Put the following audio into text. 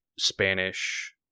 Spanish